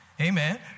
Amen